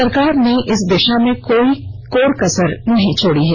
सरकार ने इस दिशा में कोई कोर कसर नहीं छोडी है